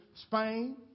Spain